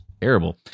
terrible